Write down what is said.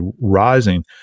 rising